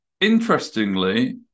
Interestingly